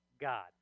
God